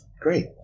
great